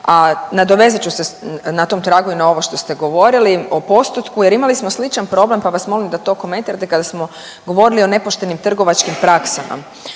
a nadovezat ću se na tom tragu i na ovo što ste govorili o postotku, jer imali smo sličan problem pa vas molim da to komentirate kada smo govorili o nepoštenim trgovačkim praksama.